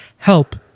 Help